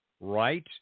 right